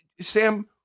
Sam